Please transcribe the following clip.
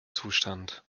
zustand